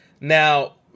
Now